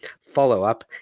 Follow-up